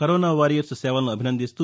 corona warriors సేవలను అభినందిస్తూ